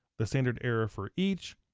the standard error for each,